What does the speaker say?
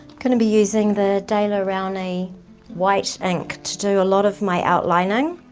going to be using the daler rowney white ink to do a lot of my outlining.